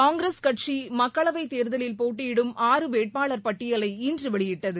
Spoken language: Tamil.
காங்கிரஸ் கட்சி மக்களவை தேர்தலில் போட்டியிடும் ஆறு வேட்பாளர் பட்டியலை இன்று வெளியிட்டது